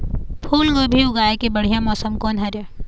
फूलगोभी उगाए के बढ़िया मौसम कोन हर ये?